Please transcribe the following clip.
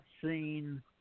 seen